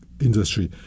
industry